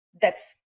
depth